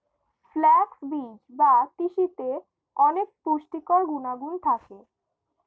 flax বীজ বা তিসিতে অনেক পুষ্টিকর গুণাগুণ থাকে